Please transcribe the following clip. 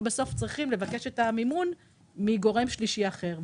בסוף צריכים לבקש את המימון מגורם שלישי אחר.